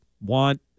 want